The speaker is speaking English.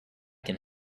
can